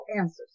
answers